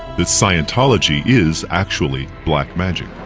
that scientology is actually black magic.